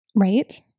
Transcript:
Right